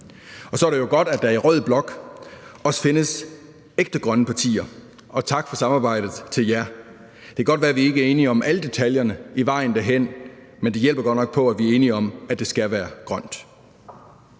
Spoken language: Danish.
Og så er det jo godt, at der i rød blok også findes ægte grønne partier, og tak for samarbejdet til jer. Det kan godt være, vi ikke er enige om alle detaljerne på vejen derhen, men det hjælper godt nok på det, at vi er enige om, at det skal være grønt.